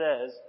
says